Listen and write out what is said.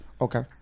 Okay